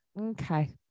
okay